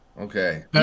okay